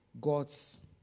God's